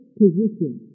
position